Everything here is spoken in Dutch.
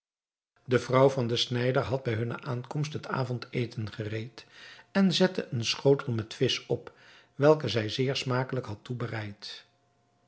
de vrouw van den snijder had bij hunne aankomst het avondeten gereed en zette een schotel met visch op welke zij zeer smakelijk had